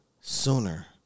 sooner